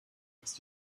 ist